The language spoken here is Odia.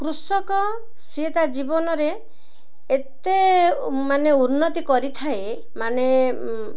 କୃଷକ ସିଏ ତା ଜୀବନରେ ଏତେ ମାନେ ଉନ୍ନତି କରିଥାଏ ମାନେ